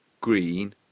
green